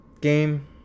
game